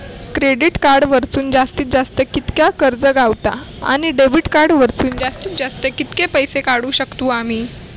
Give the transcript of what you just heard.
Credit card वरसून जास्तीत जास्त कितक्या कर्ज गावता, आणि डेबिट कार्ड वरसून जास्तीत जास्त कितके पैसे काढुक शकतू आम्ही?